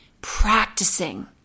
practicing